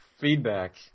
Feedback